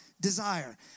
desire